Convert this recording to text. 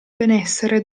benessere